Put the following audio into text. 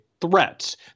threats